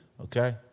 okay